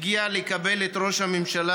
הגיע עד פתח המטוס לקבל את ראש הממשלה.